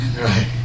Right